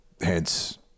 hence